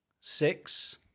six